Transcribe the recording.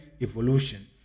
evolution